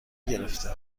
گرفته